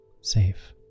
safe